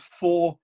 four